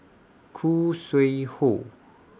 Khoo Sui Hoe